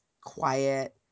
quiet